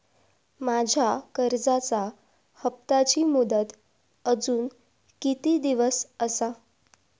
माझ्या कर्जाचा हप्ताची मुदत अजून किती दिवस असा?